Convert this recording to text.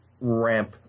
ramp